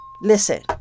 listen